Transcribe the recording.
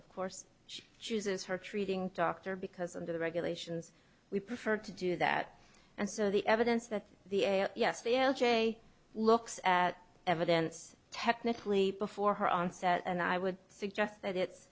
of course she chooses her treating doctor because of the regulations we prefer to do that and so the evidence that the a yes b l j looks at evidence technically before her onset and i would suggest that it's